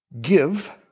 give